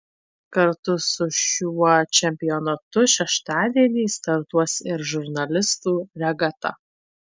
kartu su šiuo čempionatu šeštadienį startuos ir žurnalistų regata